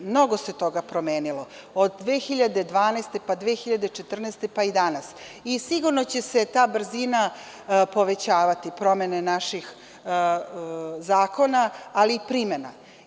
Mnogo se toga promenilo, od 2012, 2014, pa i danas, i sigurno je da će se ta brzina povećavati, promene naših zakona, ali i primena.